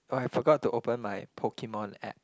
oh I forgot to open my Pokemon app